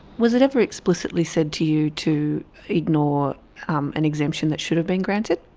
was it ever explicitly said to you to ignore um an exemption that should have been granted?